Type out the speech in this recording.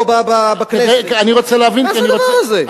מה זה הדבר הזה?